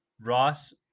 Ross